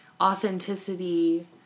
authenticity